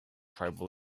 tribal